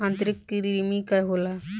आंतरिक कृमि का होला?